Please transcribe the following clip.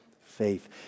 faith